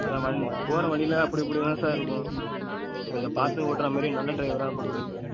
அதுதான் வ போகிற வழியில் அப்படி இப்படியும் தான் சார் இருக்கும் கொஞ்சம் பார்த்து ஓட்டுற மாதிரி நல்ல டிரைவராக போட்டு விடுங்க சார்